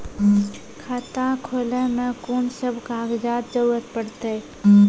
खाता खोलै मे कून सब कागजात जरूरत परतै?